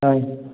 হয়